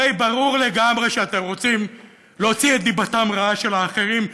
הרי ברור לגמרי שאתם רוצים להוציא את דיבתם רעה של האחרים.